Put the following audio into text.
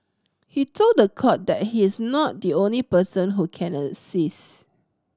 he told the court that he is not the only person who can assist